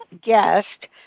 guest